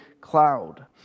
cloud